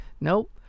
Nope